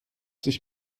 sich